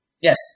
Yes